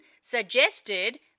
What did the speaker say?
suggested